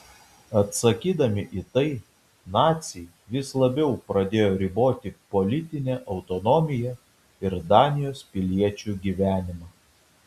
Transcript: atsakydami į tai naciai vis labiau pradėjo riboti politinę autonomiją ir danijos piliečių gyvenimą